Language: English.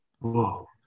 whoa